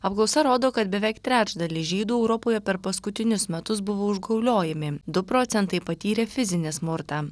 apklausa rodo kad beveik trečdalis žydų europoje per paskutinius metus buvo užgauliojami du procentai patyrė fizinį smurtą